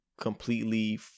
completely